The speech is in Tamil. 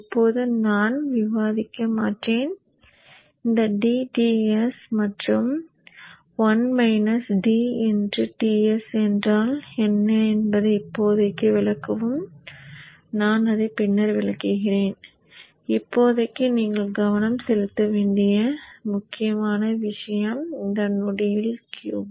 இப்போது நான் விவாதிக்க மாட்டேன் இந்த dTs மற்றும் Ts என்றால் என்ன என்பதை இப்போதைக்கு விளக்கவும் நான் அதை பின்னர் விளக்குகிறேன் இப்போதைக்கு நீங்கள் கவனம் செலுத்த வேண்டிய முக்கியமான விஷயம் இந்த நொடியில் Q1